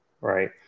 right